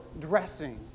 dressing